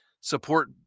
support